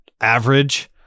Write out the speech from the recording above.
average